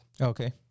Okay